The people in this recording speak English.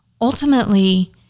ultimately